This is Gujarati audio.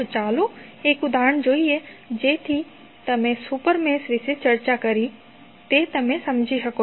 તો ચાલો એક ઉદાહરણ જોઈએ જેથી તમે સુપર મેશ વિશે જે ચર્ચા કરી તે તમે સમજી શકો